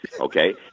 okay